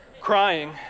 crying